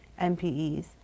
MPEs